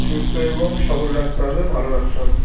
সুস্থ এবং সবল রাখতে হবে ভালো রাখতে হবে